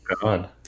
God